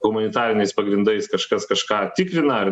humanitariniais pagrindais kažkas kažką tikrina ar